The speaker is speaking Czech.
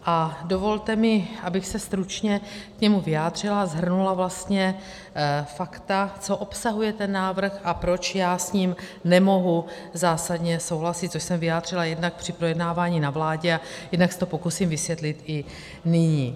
A dovolte mi, abych se stručně k němu vyjádřila a shrnula fakta, co obsahuje ten návrh a proč já s ním nemohu zásadně souhlasit, což jsem vyjádřila jednak při projednávání na vládě, jednak se to pokusím vysvětlit i nyní.